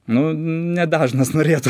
nu ne dažnas norėtų